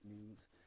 news